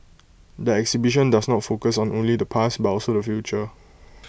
the exhibition does not focus on only the past but also the future